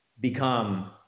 become